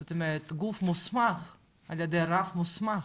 זאת אומרת זה גוף מוסמך על ידי רב מוסמך.